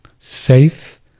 safe